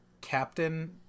captain